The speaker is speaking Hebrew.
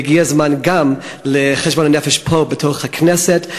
והגיע הזמן גם לחשבון נפש פה בתוך הכנסת,